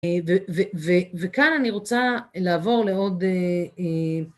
וכאן אני רוצה לעבור לעוד...